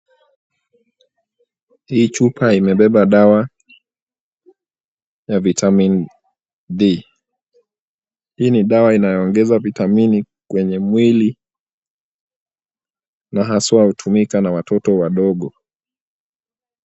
Hii chupa imebeba dawa ya vitamin D. Hii ni dawa inayoongeza vitamini kwenye mwili, na haswa hutumika na watoto wadogo.